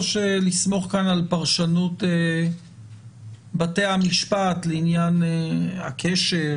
שמא לסמוך כאן על פרשנות בתי המפשט לעניין הקשר,